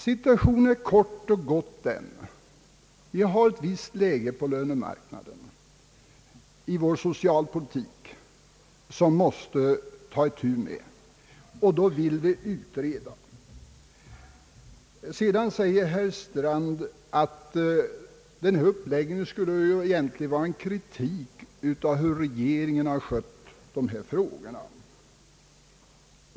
Situationen är kort och gott den att vi har ett visst läge på lönemarknaden och i vår socialpolitik som vi måste ta itu med. Då vill vi få en utredning till stånd. Herr Strand säger att en sådan uppläggning egentligen innebär en kritik mot regeringens sätt att sköta dessa frågor.